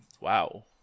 Wow